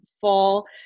fall